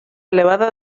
elevada